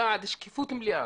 אני בעד שקיפות מלאה.